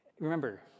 Remember